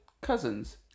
Cousins